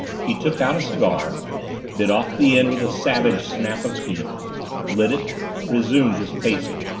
he took out a cigar bit off the end with a savage snap of teeth lit it resumed his pacing.